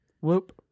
Whoop